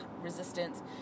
resistance